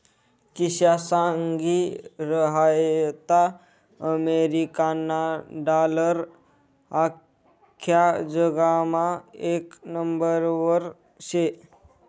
किशा सांगी रहायंता अमेरिकाना डालर आख्खा जगमा येक नंबरवर शे